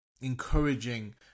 encouraging